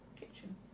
Kitchen